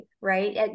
right